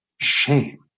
Shame